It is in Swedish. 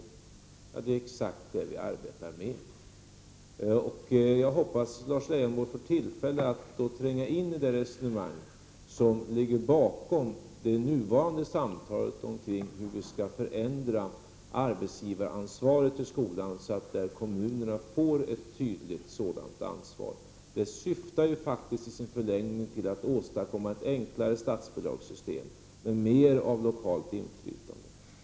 Ja, det är exakt det vi arbetar med. Jag hoppas att Lars Leijonborg får tillfälle att tränga in i det resonemang som ligger bakom det nuvarande samtalet kring hur vi skall förändra arbetsgivaransvaret i skolan, så att kommunerna får ett tydligt sådant ansvar. Det syftar faktiskt i sin förlängning till att åstadkomma ett enklare statsbidragssystem med ökat lokalt inflytande.